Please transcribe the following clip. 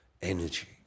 energy